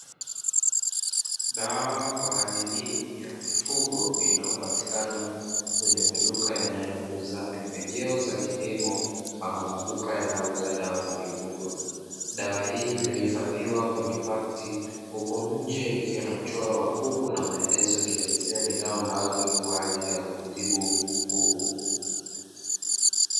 Dawa kwa ajili ya mifugo inayopatikana kwenye maduka yanayouza pembejeo za kilimo ama maduka yanayouza dawa za mifugo, dawa hii iliyohifadhiwa kwenye pakiti, huku nje ikiwa na mchoro wa kuku na maelezo ikielezea ni dawa maalumu kwa ajili ya kutibu kuku.